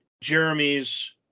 Jeremy's